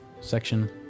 section